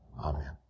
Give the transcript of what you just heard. Amen